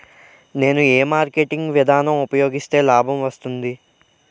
నేను ఏ మార్కెటింగ్ విధానం ఉపయోగిస్తే లాభం వస్తుంది?